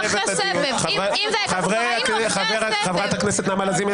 אחרי סבב --- חברת הכנסת נעמה לזימי,